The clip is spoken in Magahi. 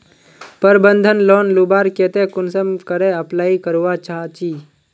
प्रबंधन लोन लुबार केते कुंसम करे अप्लाई करवा चाँ चची?